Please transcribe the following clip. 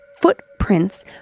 footprints